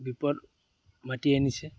বিপদ মাতি আনিছে